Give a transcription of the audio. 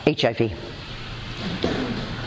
HIV